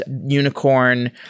unicorn